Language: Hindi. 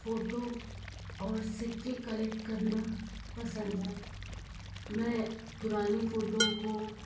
फोटो और सिक्के कलेक्ट करना पसंद है में पुरानी फोटो को